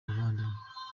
abavandimwe